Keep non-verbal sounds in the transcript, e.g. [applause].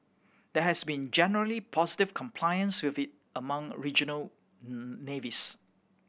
there has been generally positive compliance with it among regional [hesitation] navies